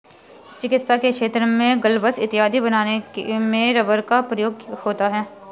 चिकित्सा के क्षेत्र में ग्लब्स इत्यादि बनाने में रबर का प्रयोग होता है